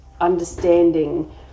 understanding